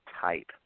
type